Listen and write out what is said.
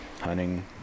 hunting